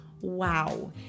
wow